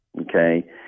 Okay